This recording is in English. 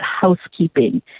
housekeeping